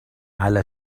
على